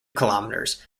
kilometres